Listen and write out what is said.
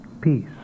peace